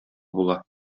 була